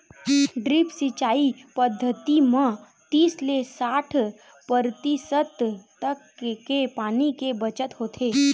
drip सिंचई पद्यति म तीस ले साठ परतिसत तक के पानी के बचत होथे